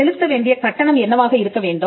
செலுத்த வேண்டிய கட்டணம் என்னவாக இருக்கவேண்டும்